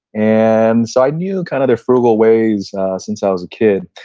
and so, i knew kind of their frugal ways since i was a kid.